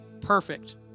perfect